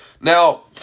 Now